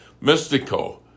mystical